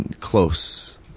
close